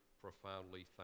profoundly